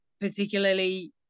particularly